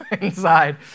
inside